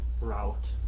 route